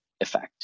effect